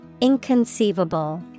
inconceivable